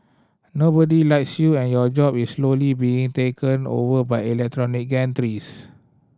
nobody likes you and your job is slowly being taken over by electronic gantries